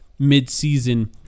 midseason